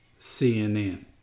CNN